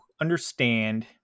understand